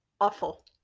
awful